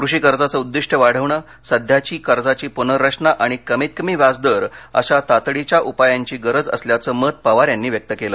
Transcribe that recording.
कृषी कर्जाचं उद्दिष्टय वाढवणं सध्याच्या कर्जाची पनर्रचना आणि कमीतकमी व्याजदर अशा तातडीच्या पायांची गरज असल्याचं मत पवार यांनी व्यक्त केलं